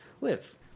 live